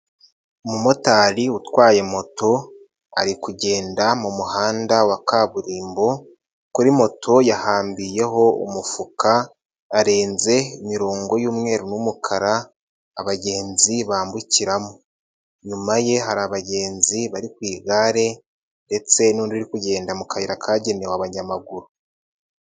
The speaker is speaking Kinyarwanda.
Umumotari utwaye moto ari kugenda mu muhanda wa kaburimbo kuri moto yahambiyeho umufuka arenze imirongo y'umweru n'umukara abagenzi bambukiramo, inyuma ye hari abagenzi bari ku igare ndetse n'undi uri kugenda mu kayira kagenewe abanyamaguru.